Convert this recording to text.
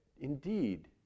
indeed